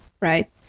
right